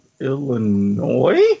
Illinois